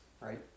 right